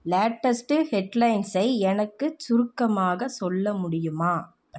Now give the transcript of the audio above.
latest ஹெட்லைன்ஸை எனக்குச் சுருக்கமாக சொல்ல முடியுமா